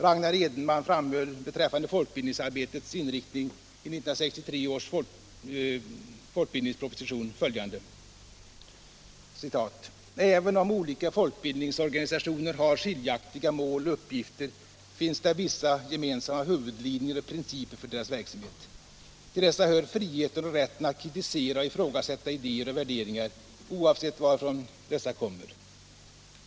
Ragnar Edenman framhöll beträffande folkbildningsarbetets inriktningi 1963 års folkbildningsproposition bl.a. följande: ”Även om olika folkbildningsorganisationer har skiljaktiga mål och uppgifter finns det vissa gemensamma huvudlinjer och principer för deras verksamhet. Till dessa hör friheten och rätten att kritisera och ifrågasätta idéer och värderingar, oavsett varifrån dessa kommer.